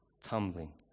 tumbling